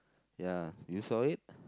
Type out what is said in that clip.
ya you saw it